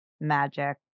magic